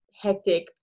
hectic